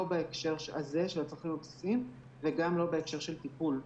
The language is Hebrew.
לא בהקשר הזה של הצרכים הבסיסיים וגם לא בהקשר של טיפול.